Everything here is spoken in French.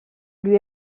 lui